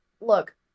Look